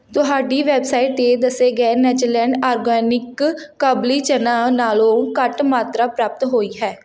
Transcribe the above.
ਤੁਹਾਡੀ ਵੈੱਬਸਾਈਟ 'ਤੇ ਦੱਸੇ ਗਏ ਨੇਚਰਲੈਂਡ ਆਰਗੈਨਿਕਸ ਕਾਬੁਲੀ ਚਨਾ ਨਾਲੋਂ ਘੱਟ ਮਾਤਰਾ ਪ੍ਰਾਪਤ ਹੋਈ ਹੈ